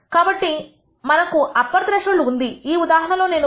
కాబట్టి మనకు upper threshold ఉంది ఈ ఉదాహరణ లో నేను 1